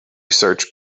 search